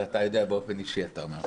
זה אתה יודע באופן אישי, אתה אומר.